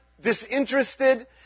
disinterested